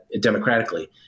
democratically